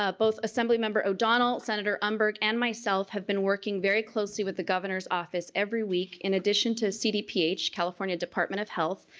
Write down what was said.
ah both assemblymember o'donnell, senator umberg, and myself have been working very closely with the governor's office every week in addition to cdph, california department of health,